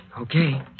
okay